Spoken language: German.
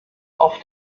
auf